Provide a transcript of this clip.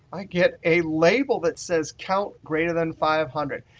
i get a label that says count greater than five hundred.